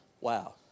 Wow